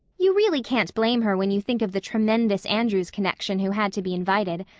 you really can't blame her when you think of the tremendous andrews connection who had to be invited.